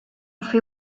fait